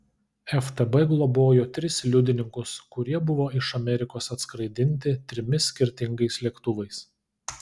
ftb globojo tris liudininkus kurie buvo iš amerikos atskraidinti trimis skirtingais lėktuvais